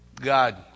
God